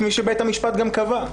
כפי שבית המשפט גם קבע?